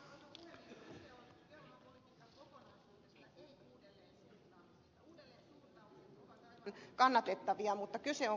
uudelleensuuntaamiset ovat aivan kannatettavia mutta kyse on kokonaisrahasta